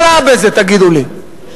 מה רע בזה, תגידו לי?